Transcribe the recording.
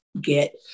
get